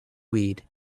weed